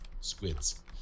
squids